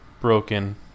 broken